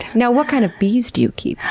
now what kind of bees do you keep?